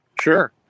Sure